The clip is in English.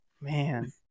Man